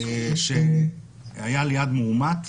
שהיה ליד מאומת,